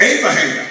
Abraham